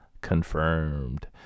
confirmed